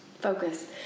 focus